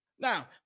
Now